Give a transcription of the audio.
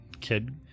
kid